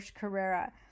carrera